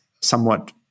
somewhat